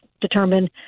determine